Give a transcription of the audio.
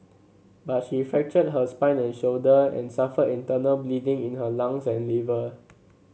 but she fractured her spine and shoulder and suffered internal bleeding in her lungs and liver